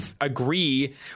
agree